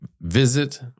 visit